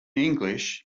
english